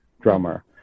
drummer